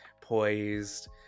poised